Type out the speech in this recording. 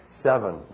seven